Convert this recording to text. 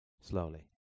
slowly